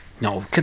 No